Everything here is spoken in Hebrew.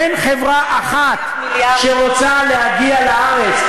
אין חברה אחת שרוצה להגיע לארץ,